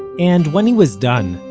and when he was done,